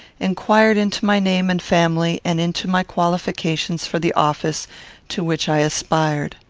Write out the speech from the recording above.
inquired into my name and family, and into my qualifications for the office to which i aspired.